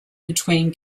between